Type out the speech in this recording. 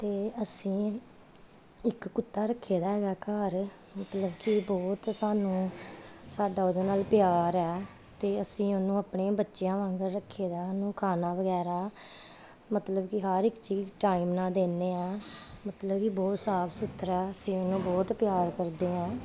ਅਤੇ ਅਸੀਂ ਇੱਕ ਕੁੱਤਾ ਰੱਖਿਆ ਦਾ ਹੈਗਾ ਘਰ ਮਤਲਬ ਕਿ ਬਹੁਤ ਸਾਨੂੰ ਸਾਡਾ ਉਹਦੇ ਨਾਲ ਪਿਆਰ ਹੈ ਅਤੇ ਅਸੀਂ ਉਹਨੂੰ ਆਪਣੇ ਬੱਚਿਆਂ ਵਾਂਗ ਰੱਖੀਦਾ ਉਹਨੂੰ ਖਾਣਾ ਵਗੈਰਾ ਮਤਲਬ ਕਿ ਹਰ ਇੱਕ ਚੀਜ਼ ਟਾਈਮ ਨਾਲ ਦਿੰਦੇ ਆ ਮਤਲਬ ਕਿ ਬਹੁਤ ਸਾਫ ਸੁਥਰਾ ਅਸੀਂ ਉਹਨੂੰ ਬਹੁਤ ਪਿਆਰ ਕਰਦੇ ਹਾਂ